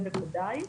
זה בוודאי,